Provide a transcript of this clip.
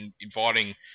inviting